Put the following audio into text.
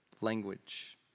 language